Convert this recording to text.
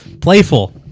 Playful